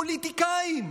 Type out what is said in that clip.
פוליטיקאים,